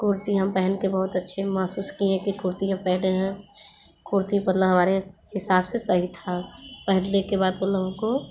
कुर्ती हम पहन के बहुत अच्छे महसूस किए कि कुर्ती हम पहने हैं कुर्ती मतलब हमारे हिसाब से सही था पहले के बात मतलब हम को